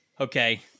Okay